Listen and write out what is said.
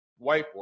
whiteboard